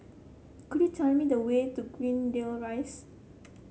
could you tell me the way to Greendale Rise